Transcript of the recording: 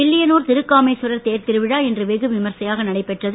வில்லியனூர் திருகாமேஸ்வரர் கோவில் தேர் திருவிழா இன்று வெகு விமரிசையாக நடைபெற்றது